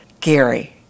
Gary